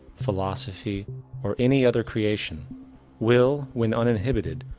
philosophy or any other creation will, when uninhibited,